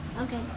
Okay